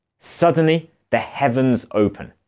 suddenly the heavens open.